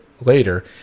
later